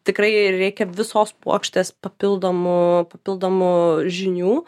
tikrai reikia visos puokštės papildomų papildomų žinių